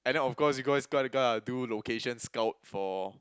and then of course you guys gonna go out and do location scout for